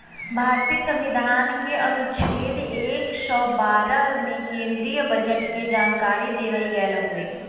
भारतीय संविधान के अनुच्छेद एक सौ बारह में केन्द्रीय बजट के जानकारी देवल गयल हउवे